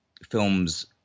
films